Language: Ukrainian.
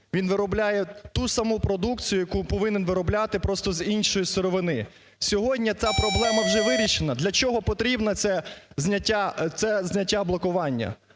він виробляє ту саму продукцію, яку повинен виробляти, просто з іншої сировини. Сьогодні та проблема вже вирішена. Для чого потрібне це зняття блокування?